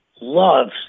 loves